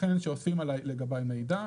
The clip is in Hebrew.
יתכן שאוספים לגבי מידע,